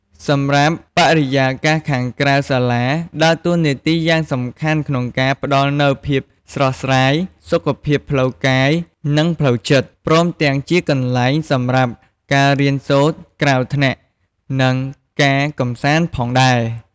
សម្រាប់បរិយាកាសខាងក្រៅសាលាដើរតួនាទីយ៉ាងសំខាន់ក្នុងការផ្ដល់នូវភាពស្រស់ស្រាយ សុខភាពផ្លូវកាយ និងផ្លូវចិត្ត ព្រមទាំងជាកន្លែងសម្រាប់ការរៀនសូត្រក្រៅថ្នាក់ និងការកម្សាន្តផងដែរ។